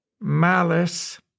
malice